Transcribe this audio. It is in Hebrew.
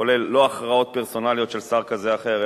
כולל לא הכרעות פרסונליות של שר כזה או אחר,